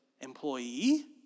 employee